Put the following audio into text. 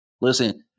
Listen